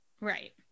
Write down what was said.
right